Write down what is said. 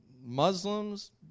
Muslims